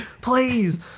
please